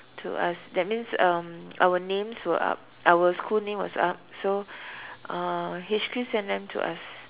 to us that means um our names were up our school names was up so uh H_Q sent them to us